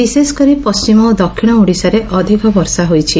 ବିଶେଷକରି ପଣ୍କିମ ଓ ଦକ୍ଷିଣ ଓଡ଼ିଶାରେ ଅଧିକ ବର୍ଷା ହୋଇଛି